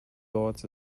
lords